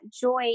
joy